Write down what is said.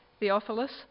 Theophilus